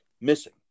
missing